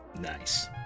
Nice